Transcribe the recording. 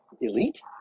elite